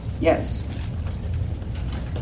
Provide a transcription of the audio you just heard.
Yes